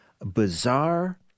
Bizarre